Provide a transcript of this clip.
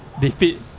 defeat